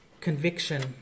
conviction